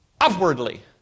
upwardly